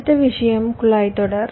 அடுத்த விஷயம் குழாய்த் தொடர்